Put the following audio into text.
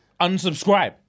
unsubscribe